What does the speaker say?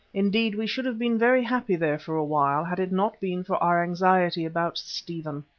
indeed, we should have been very happy there for a while, had it not been for our anxiety about stephen.